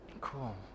Cool